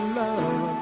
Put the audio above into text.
love